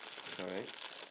correct